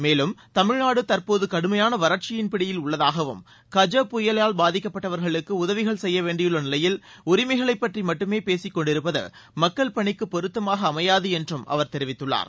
மேலும் தமிழ்நாடு தற்போது கடுமையான வறட்சியின் பிடியில் உள்ளதாகவும் கஜா புயலால் பாதிக்கப்பட்டவர்களுக்கு உதவிகள் செய்ய வேண்டியுள்ள நிலையில் உரிமைகளைப் பற்றி மட்டுமே பேசிக் கொண்டிருப்பது மக்கள் பணிக்கு பொருத்தமாக அமையாது என்றும் அவர் தெரிவித்துள்ளார்